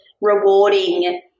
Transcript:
rewarding